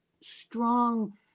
strong